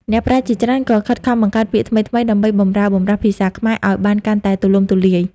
អ្នកប្រាជ្ញជាច្រើនក៏ខិតខំបង្កើតពាក្យថ្មីៗ ដើម្បីបម្រើបម្រាស់ភាសាខ្មែរឱ្យបានកាន់តែទូលំទូលាយ។